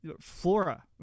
flora